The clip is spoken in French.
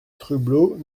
trublot